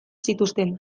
zituzten